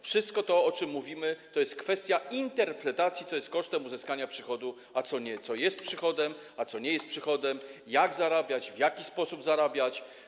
Wszystko to, o czym mówimy, to jest kwestia interpretacji, co jest kosztem uzyskania przychodu, a co nie, co jest przychodem, a co nie jest przychodem, jak zarabiać, w jaki sposób zarabiać.